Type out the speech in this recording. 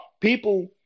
People